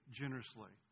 generously